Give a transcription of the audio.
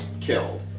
killed